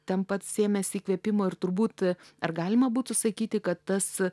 ten pat sėmėsi įkvėpimo ir turbūt ar galima būtų sakyti kad tas